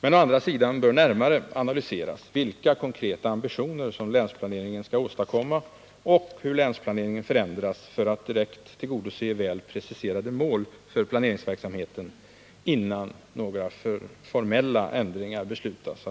Men å andra sidan bör närmare analyseras vilka konkreta ambitioner som länsplaneringen skall åstadkomma och hur länsplaneringen skall förändras för att direkt tillgodose väl preciserade mål för planeringsverksamheten innan några formella ändringar beslutas.